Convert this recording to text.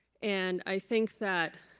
and i think that